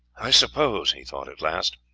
i suppose, he thought at last,